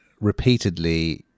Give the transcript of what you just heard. repeatedly